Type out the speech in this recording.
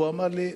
והוא אמר לי: